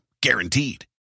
Guaranteed